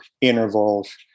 intervals